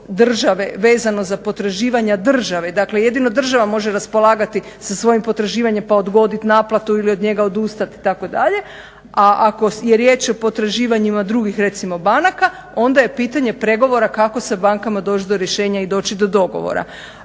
države vezano za potraživanja države. Dakle, jedino država može raspolagati sa svojim potraživanjem pa odgodit naplatu ili od njega odustati itd. A ako je riječ o potraživanjima drugih recimo banaka onda je pitanje pregovora kako sa bankama doći do rješenja i doći do dogovora.